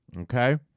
Okay